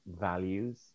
values